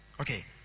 Okay